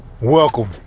Welcome